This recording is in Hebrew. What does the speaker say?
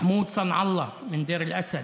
מחמוד סנעאללה מדיר אל-אסד,